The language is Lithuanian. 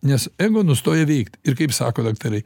nes ego nustoja veikt ir kaip sako daktarai